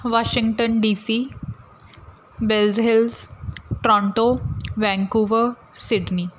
Washington DC ਬਿਲਜ਼ਹਿੱਲਸ Toronto Vancouver Sydney